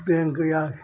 bank या